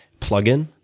plugin